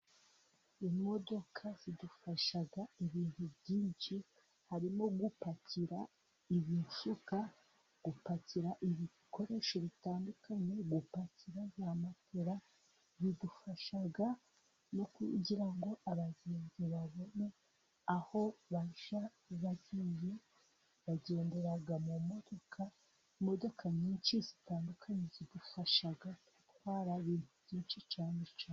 Imodoka zidufasha ibintu byinshi harimo gupakira imifuka, gupakira ibikoresho bitandukanye gupakira za matera, bidufasha no kugira ngo abagenzi babone aho abagiye, bagendera mu modoka, imodoka nyinshi zitandukanye zidufasha gutwara byinshi cyane.